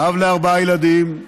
אב לארבעה ילדים,